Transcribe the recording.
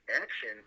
action